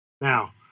Now